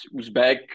Uzbek